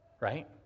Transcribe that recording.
right